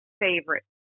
favorite